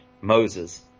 Moses